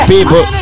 People